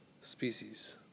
Species